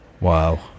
Wow